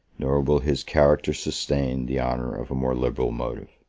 nor will his character sustain the honor of a more liberal motive.